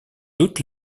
doute